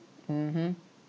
mmhmm